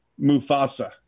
Mufasa